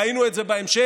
ראינו את זה בהמשך,